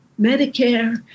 Medicare